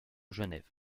genève